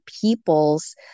people's